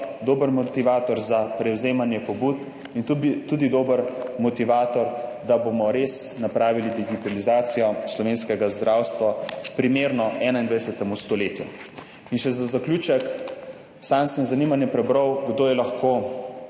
dober motivator za prevzemanje pobud in tu bi tudi dober motivator, da bomo res napravili digitalizacijo slovenskega zdravstva primerno 21. stoletju. In še za zaključek. Sam sem z zanimanjem prebral kdo je lahko